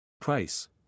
Price